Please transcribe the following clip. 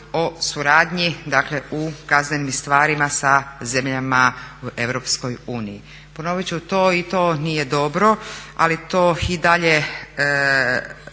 o suradnji, dakle u kaznenim stvarima sa zemljama u EU. Ponovit ću to i to nije dobro, ali to i dalje